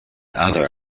other